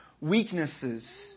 weaknesses